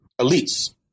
elites